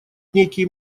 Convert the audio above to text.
некий